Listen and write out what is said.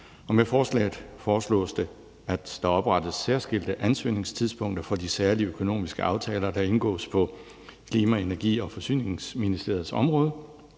Med forslaget foreslås det, at der oprettes særskilte ansøgningstidspunkter for de særlige økonomiske aftaler, der indgås på Klima-, Energi- og Forsyningsministeriets område,